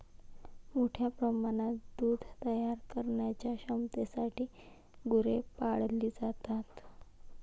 मोठ्या प्रमाणात दूध तयार करण्याच्या क्षमतेसाठी गुरे पाळली जातात